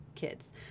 kids